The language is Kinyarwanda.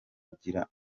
ugira